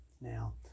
Now